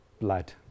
blood